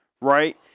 Right